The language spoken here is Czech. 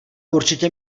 určitě